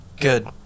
Good